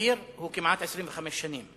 לכוכב-יאיר הוא כמעט 25 שנה.